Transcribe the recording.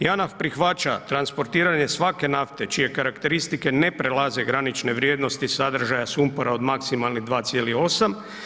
Janaf prihvaća transportiranje svake nafte čije karakteristike ne prelaze granične vrijednosti sadržaja sumpora od maksimalnih 2,8.